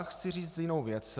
Chci říct jinou věc.